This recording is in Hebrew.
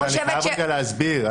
אני חייב רגע להסביר,